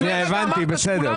לפני רגע אמרת שכולם יודעים.